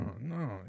no